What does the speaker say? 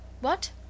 What